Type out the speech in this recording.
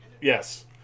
Yes